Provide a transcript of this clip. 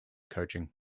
coaching